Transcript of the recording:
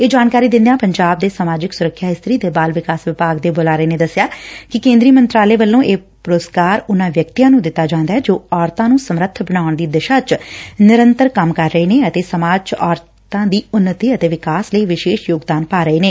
ਇਹ ਜਾਣਕਾਰੀ ਦਿੰਦਿਆਂ ਪੰਜਾਬ ਦੇ ਸਮਾਜਿਕ ਸੁਰੱਖਿਆ ਇਸਤਰੀ ਤੇ ਬਾਲ ਵਿਕਾਸ ਵਿਭਾਗ ਦੇ ਬੁਲਾਰੇ ਨੇ ਦਸਿਆ ਕਿ ਕੇਂਦਰੀ ਮੰਤਰਾਲੇ ਵੱਲੋਂ ਇਹ ਪੁਰਸਕਾਰ ਉਨਾਂ ਵਿਅਕਤੀਆਂ ਨੂੰ ਦਿੱਤਾ ਜਾਂਦੈ ਜੋ ਔਰਤਾਂ ਨੂੰ ਸਮਰੱਥ ਬਣਾਉਣ ਦੀ ਦਿਸ਼ਾ ਚ ਨਿਰੰਤਰ ਕੰਮ ਕਰ ਰਹੇ ਨੇ ਅਤੇ ਸਮਾਜ ਚ ਔਰਤਾ ਦੀ ਉਨਤੀ ਅਤੇ ਵਿਕਾਸ ਲਈ ਵਿਸ਼ੇਸ਼ ਯੋਗਦਾਨ ਪਾ ਰਹੇ ਨੇ